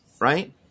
right